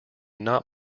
not